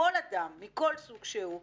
כל אדם מכל סוג שהוא מסוכנת.